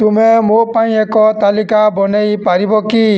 ତୁମେ ମୋ ପାଇଁ ଏକ ତାଲିକା ବନେଇ ପାରିବ କି